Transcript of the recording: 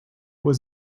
was